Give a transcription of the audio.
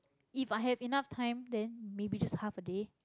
if i have enough time then maybe just half a day